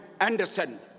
Anderson